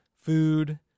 food